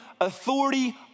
authority